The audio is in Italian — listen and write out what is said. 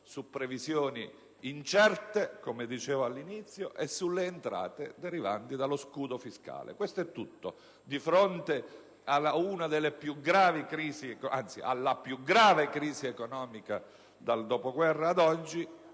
su previsioni incerte, come ho detto, e sulle entrate derivanti dallo scudo fiscale e questo è tutto. Di fronte alla più grave crisi economica dal dopoguerra ad oggi,